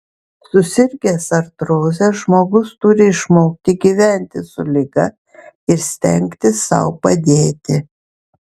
susirgęs artroze žmogus turi išmokti gyventi su liga ir stengtis sau padėti